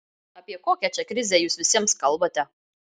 apie kokią čia krizę jūs visiems kalbate